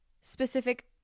specific